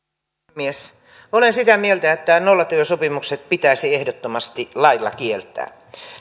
puhemies olen sitä mieltä että nollatyösopimukset pitäisi ehdottomasti lailla kieltää